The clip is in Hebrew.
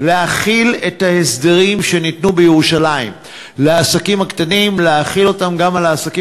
להחיל את ההסדרים שניתנו בירושלים לעסקים הקטנים גם על העסקים